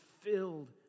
Filled